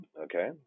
okay